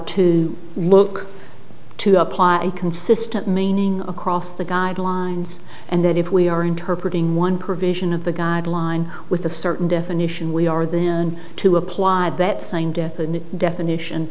to look to apply a consistent meaning across the guidelines and that if we are interpreted in one provision of the guideline with a certain definition we are to apply that same definite definition